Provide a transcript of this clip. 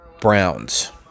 Browns